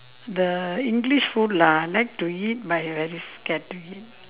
the english food lah like to eat but very scared to eat